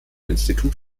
institut